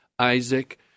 Isaac